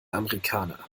amerikaner